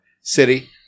city